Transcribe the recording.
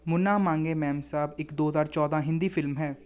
ਮੁੰਨਾ ਮਾਂਗੇ ਮੇਮਸਾਬ ਇੱਕ ਦੋ ਹਜ਼ਾਰ ਚੌਦਾਂ ਹਿੰਦੀ ਫ਼ਿਲਮ ਹੈ